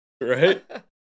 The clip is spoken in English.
Right